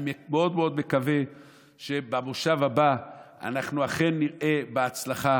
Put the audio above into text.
אני מאוד מאוד מקווה שבמושב הבא אנחנו אכן נראה בהצלחה